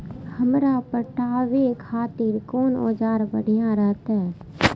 हमरा पटावे खातिर कोन औजार बढ़िया रहते?